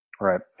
right